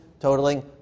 totaling